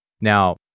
Now